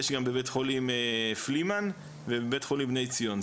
יש גם בבית חולים פלימן ובבית חולים בני ציון.